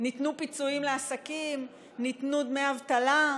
ניתנו פיצויים לעסקים, ניתנו דמי אבטלה,